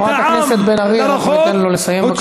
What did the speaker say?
חברת הכנסת בן ארי, אנחנו ניתן לו לסיים.